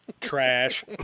Trash